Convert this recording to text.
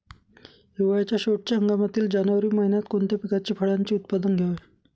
हिवाळ्याच्या शेवटच्या हंगामातील जानेवारी महिन्यात कोणत्या पिकाचे, फळांचे उत्पादन घ्यावे?